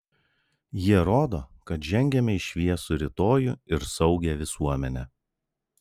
jie rodo kad žengiame į šviesų rytojų ir saugią visuomenę